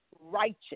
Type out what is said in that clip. righteous